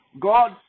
God